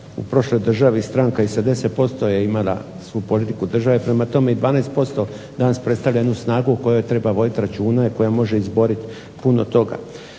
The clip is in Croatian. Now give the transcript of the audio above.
u prošloj državi stranka i sa 10% je imala svu politiku države, prema tome i 12% danas predstavlja jednu snagu o kojoj treba voditi računa i koja može izboriti puno toga.